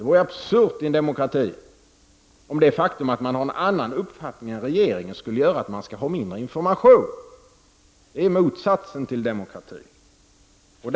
Det vore absurt i en demokrati om det faktum att man har en annan uppfattning än regeringen skulle göra att man får mindre information. Det är motsatsen till demokrati.